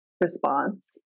response